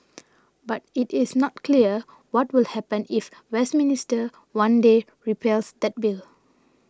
but it is not clear what will happen if Westminster one day repeals that bill